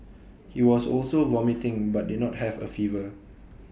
he was also vomiting but did not have A fever